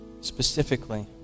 specifically